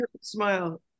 smile